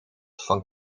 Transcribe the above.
van